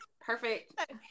Perfect